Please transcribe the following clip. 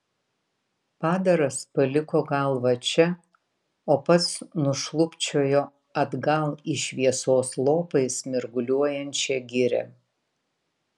padaras paliko galvą čia o pats nušlubčiojo atgal į šviesos lopais mirguliuojančią girią